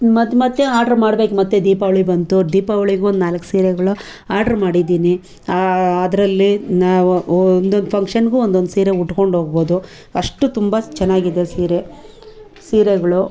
ಮತ್ತೆ ಮತ್ತೆ ಆರ್ಡ್ರ್ ಮಾಡ್ಬೇಕು ಮತ್ತೆ ದೀಪಾವಳಿ ಬಂತು ದೀಪಾವಳಿಗೂ ಒಂದು ನಾಲ್ಕು ಸೀರೆಗಳು ಆರ್ಡ್ರ್ ಮಾಡಿದ್ದೀನಿ ಅದರಲ್ಲಿ ನಾವು ಒಂದೊಂದು ಫಂಕ್ಷನ್ಗೂ ಒಂದೊಂದು ಸೀರೆ ಉಟ್ಕೊಂಡೋಗ್ಬೋದು ಅಷ್ಟು ತುಂಬ ಚೆನ್ನಾಗಿದೆ ಸೀರೆ ಸೀರೆಗಳು